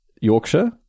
Yorkshire